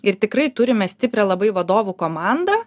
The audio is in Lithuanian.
ir tikrai turime stiprią labai vadovų komandą